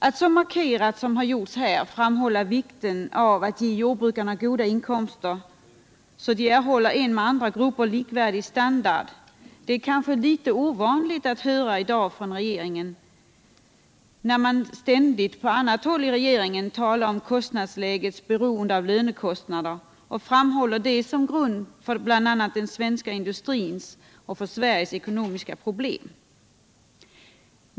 Att så markerat som har gjorts här framhålla vikten av att ge jordbrukarna goda inkomster, så de erhåller en med andra grupper likvärdig standard, är kanske litet ovanligt att höra i dag från regeringen, när man ständigt på annat håll i regeringen talar om kostnadslägets be 65 roende av lönekostnader och framhåller det som grund för den svenska industrins och Sveriges ekonomiska problem.